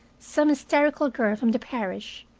some hysterical girl from the parish,